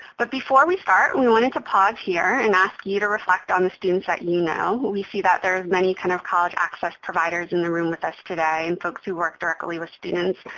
but before we start, we wanted to pause here and ask you to reflect on the students that you know. but we see that there are many kinds kind of college access providers in the room with us today and folks who work directly with students.